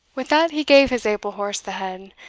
with that he gave his able horse the head,